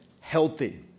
Healthy